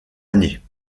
année